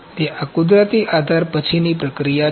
તેથી આ કુદરતી આધાર પછીની પ્રક્રિયા છે